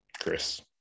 Chris